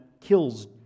kills